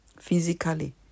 physically